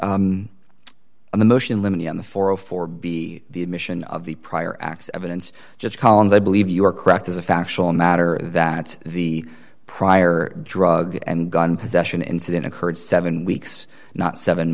for b the admission of the prior acts evidence judge collins i believe you are correct as a factual matter that the prior drug and gun possession incident occurred seven weeks not seven